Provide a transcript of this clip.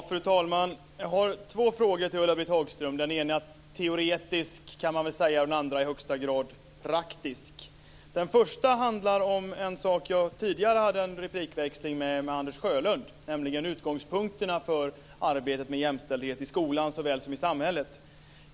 Fru talman! Jag har två frågor till Ulla-Britt Hagström. Den ena är teoretisk, kan man säga, och den andra i högsta grad praktisk. Den första handlar om en sak som jag tidigare hade en replikväxling om med Anders Sjölund, nämligen utgångspunkterna för arbetet med jämställdhet i skolan såväl som i samhället.